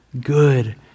good